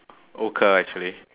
ochre actually